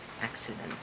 accident